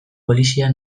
polizia